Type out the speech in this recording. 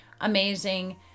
amazing